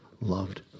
loved